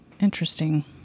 Interesting